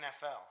NFL